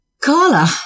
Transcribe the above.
Carla